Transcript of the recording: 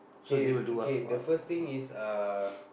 okay okay the first thing is uh